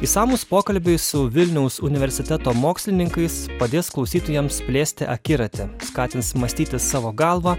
išsamūs pokalbiai su vilniaus universiteto mokslininkais padės klausytojams plėsti akiratį skatins mąstyti savo galva